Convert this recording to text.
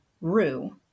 rue